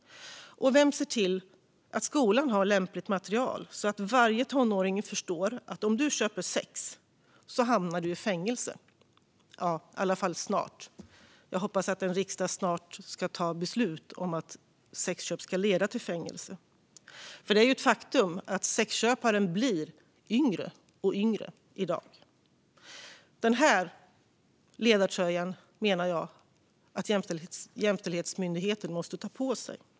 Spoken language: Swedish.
Vem ser till att skolan har lämpligt material så att varje tonåring förstår att om du köper sex hamnar du i fängelse? I alla fall snart. Jag hoppas att en riksdag snart ska fatta beslut om att sexköp ska leda till fängelse. Det är ett faktum att sexköpare är yngre i dag. Denna ledartröja menar jag att Jämställdhetsmyndigheten måste ta på sig.